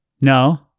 No